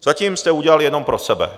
Zatím jste udělali jenom pro sebe.